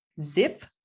Zip